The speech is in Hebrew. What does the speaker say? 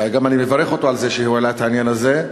וגם אני מברך אותו על כך שהעלה את העניין הזה,